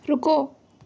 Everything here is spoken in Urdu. رکو